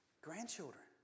Grandchildren